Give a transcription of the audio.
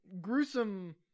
gruesome